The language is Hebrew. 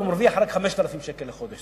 רק 5,000 שקל לחודש.